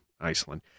Iceland